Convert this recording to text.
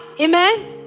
Amen